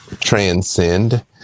transcend